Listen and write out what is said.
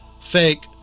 Fake